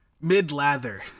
Mid-lather